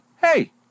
hey